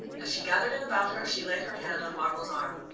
as she gathered it about her she laid her hand on marvell's arm.